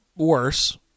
worse